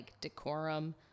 decorum